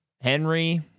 Henry